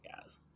guys